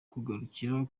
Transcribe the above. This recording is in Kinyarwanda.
kugarukira